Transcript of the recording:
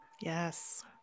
yes